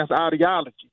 ideology